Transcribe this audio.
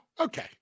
okay